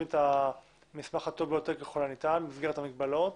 את המסמך הטוב ביותר ככל הניתן במסגרת המגבלות